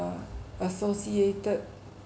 associated